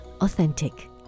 Authentic